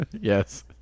Yes